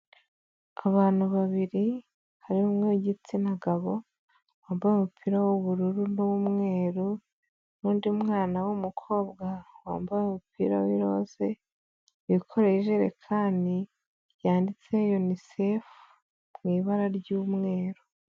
Abantu babiri hari umwe igitsina gabo, wambaye umupira w'ubururu n'umweru n'undi mwana w'umukobwa wambaye umupira w'irose, wikoreye ijerekani yanditse Unicef mu ibara ry'umweru.